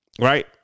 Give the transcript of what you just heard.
right